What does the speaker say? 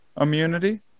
Immunity